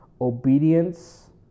Obedience